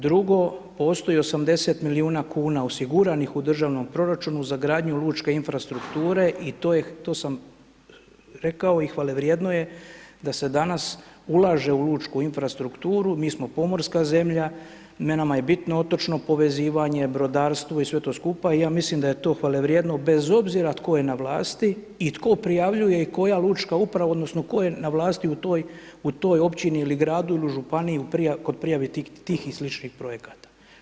Drugo, postoji 80 milijuna kuna osiguranih u državni proračunu za gradnju lučke infrastrukture i to sam rekao i hvalevrijedno je, da se danas ulaže u lučku infrastrukturu, mi smo pomorska zemlja i … bitno otočno povezivanje, brodarstvo i sve to skupa i ja mislim da je to hvalevrijedno bez obzira tko je na vlasti i tko prijavljuje i koja lučka uprava, odnosno, tko je na vlasti u toj općini ili gradu ili županiji kod prijave tih i sličnih projekata.